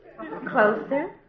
Closer